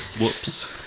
Whoops